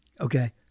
Okay